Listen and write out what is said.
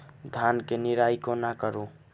धान केँ निराई कोना करु?